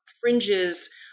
fringes